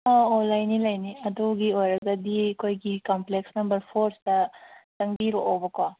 ꯑꯣ ꯑꯣ ꯂꯩꯅꯤ ꯂꯩꯅꯤ ꯑꯗꯨꯒꯤ ꯑꯣꯏꯔꯒꯗꯤ ꯑꯩꯈꯣꯏꯒꯤ ꯀꯝꯄ꯭ꯂꯦꯛꯁ ꯅꯝꯕꯔ ꯐꯣꯔꯠꯇ ꯆꯪꯕꯤꯔꯛꯑꯣꯕꯀꯣ